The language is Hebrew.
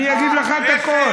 אני אגיד לך את הכול,